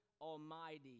Almighty